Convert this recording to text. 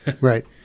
Right